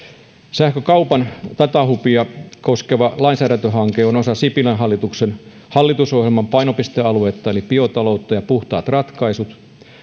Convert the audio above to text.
sähkökaupan datahubia koskeva lainsäädäntöhanke on osa sipilän hallituksen hallitusohjelman painopistealuetta biotalous ja ja puhtaat ratkaisut